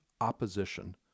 opposition